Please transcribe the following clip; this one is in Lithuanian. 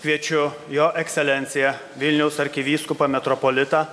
kviečiu jo ekscelenciją vilniaus arkivyskupą metropolitą